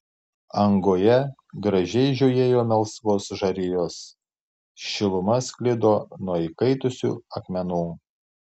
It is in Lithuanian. angoje gražiai žiojėjo melsvos žarijos šiluma sklido nuo įkaitusių akmenų